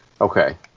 Okay